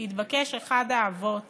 התבקש אחד האבות